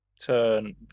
turn